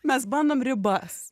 mes bandom ribas